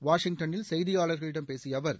வாஷிங்டன்னில் செய்தியாளர்களிடம் பேசிய அவர்